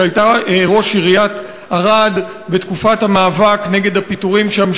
שהייתה ראש עיריית ערד בתקופת המאבק נגד הפיטורים שם,